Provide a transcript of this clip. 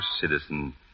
citizen